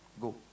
go